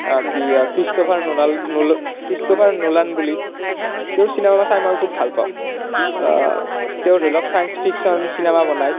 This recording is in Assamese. কি ক্ৰিষ্টফাৰ নলাল্ড ক্ৰিষ্টফাৰ নলাল্ড বুলি তেওঁৰ চিনেমা মই চাই মই খুব ভাল পাওঁ অঁ তেওঁৰ ধৰি লওক চাইন্স ফিকচন চিনেমা বনায়